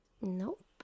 Nope